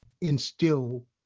instill